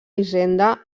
hisenda